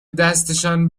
دستشان